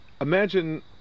Imagine